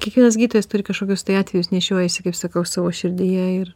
kiekvienas gydytojas turi kažkokius tai atvejus nešiojasi kaip sakau savo širdyje ir